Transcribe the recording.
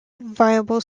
variable